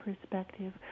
perspective